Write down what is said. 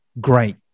Great